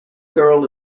girl